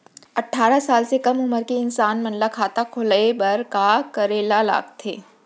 अट्ठारह साल से कम उमर के इंसान मन ला खाता खोले बर का करे ला लगथे?